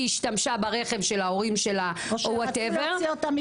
השתמשה ברכב של ההורים שלה או מה שיהיה,